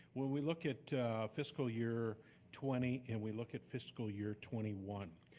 when we look at fiscal year twenty and we look at fiscal year twenty one,